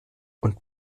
und